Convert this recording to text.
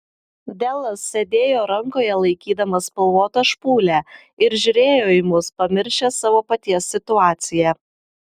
delas sėdėjo rankoje laikydamas spalvotą špūlę ir žiūrėjo į mus pamiršęs savo paties situaciją